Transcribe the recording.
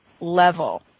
level